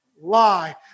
lie